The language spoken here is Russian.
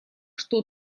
что